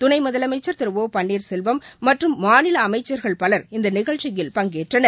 துணை முதலமைச்சன் திரு ஒ பன்னீர்செல்வம் மற்றும் மாநில அமைச்சர்கள் பவர் இந்த நிகழ்ச்சியில் பங்கேற்றனர்